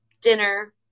dinner